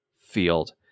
field